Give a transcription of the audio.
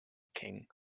king